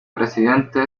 presidente